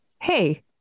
hey